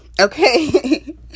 Okay